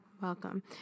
Welcome